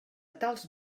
tals